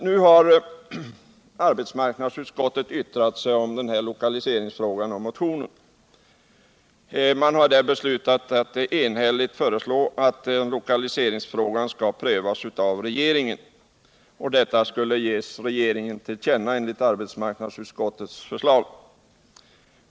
Nu har arbetsmarknadsutskottet yttrat sig i lokaliseringsfrågan som tas upp i motionen, och man har enhälligt beslutat att denna fråga skall prövas av regeringen. Detta skulle ges regeringen till känna enligt arbetsmarknadsutskottets förslag.